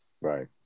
Right